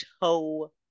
toe